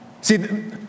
See